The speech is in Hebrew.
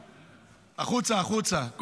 החוצה, החוצה.